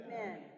Amen